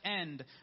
end